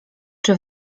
czy